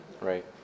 right